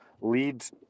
Leads